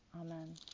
Amen